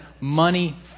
money